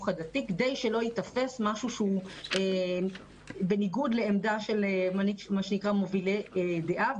הדתי כדי שזה לא ייתפס כמשהו בניגוד לעמדה של מובילי דעה.